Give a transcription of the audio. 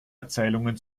erzählungen